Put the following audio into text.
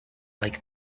like